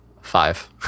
Five